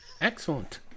Excellent